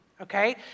okay